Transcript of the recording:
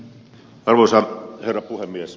arvoisa herra puhemies